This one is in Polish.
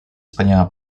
wspaniała